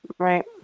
Right